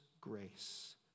grace